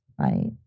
right